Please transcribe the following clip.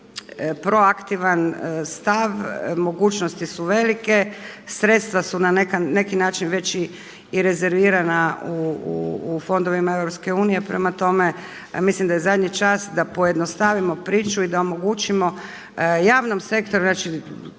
imati proaktivan stav, mogućnosti su velike, sredstva su na neki način već i rezervirana u fondovima EU. Prema tome, mislim da je zadnji čak da pojednostavimo priču i da omogućimo javnom sektoru, znači